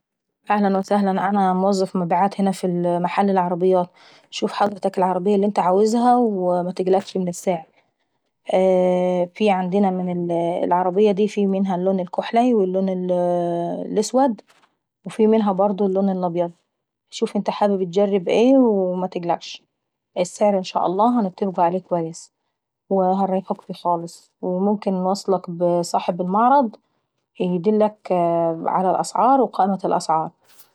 اهلا وسهلا انا موظف مبيعات هنا في محل العربيات. شوف حضرتك العربية اللي انت عاوزها ومتقلقش من السعر. في عندنا العربية دي منها اللون الحكلاي، وفي منها اللون الأسود وفي منها برضه اللون الأبيض. شوف انت حابب اتجرب ايه ومتقلقش السعر ان شاء الله هنتفقوا عليه اكويس. وهنريحوك في خالص وممكن انوصلك ابصاحب المعرض ايدلك على الاسعار وقايمة الاسعار.